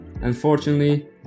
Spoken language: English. Unfortunately